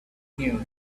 knew